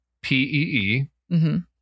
P-E-E